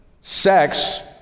sex